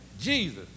Jesus